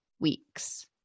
weeks